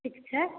ठीक छै